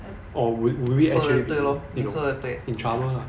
that's 说的对咯你说的对